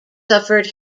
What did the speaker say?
suffered